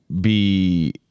be-